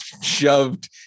shoved